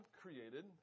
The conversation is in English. created